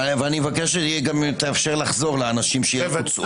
ואני גם מבקש שתאפשר לחזור לאנשים שהוצאו.